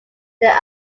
there